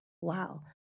Wow